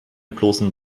bloßen